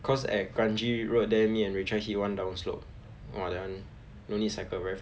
cause at kranji road there me and rachel hit one down slope !wah! that [one] no need cycle very